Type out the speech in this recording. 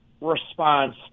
response